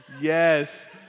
Yes